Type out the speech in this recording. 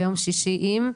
וביום שישי עם אמנון.